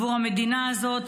עבור המדינה הזאת.